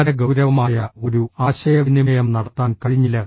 വളരെ ഗൌരവമായ ഒരു ആശയവിനിമയം നടത്താൻ കഴിഞ്ഞില്ല